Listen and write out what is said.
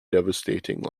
devastating